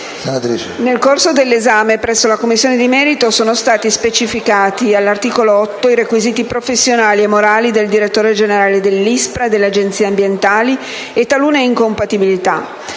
Nel corso dell'esame presso la Commissione di merito sono stati specificati, all'articolo 8, i requisiti professionali e morali del direttore generale dell'ISPRA e delle Agenzie per la protezione